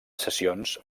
sessions